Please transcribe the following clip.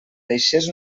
deixés